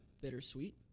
bittersweet